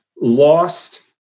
lost